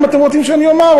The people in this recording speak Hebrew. אם אתם רוצים שאני אומר,